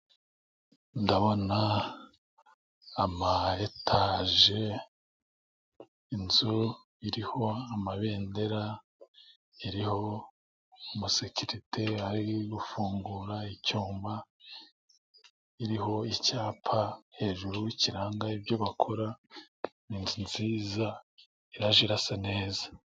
Ndabona amayetaje inzu iriho amabendera, iriho umusekirite ari gufungura icyuma, iriho icyapa hejuru kiranga ibyo bakora, inzu nziza iraje irasa neza.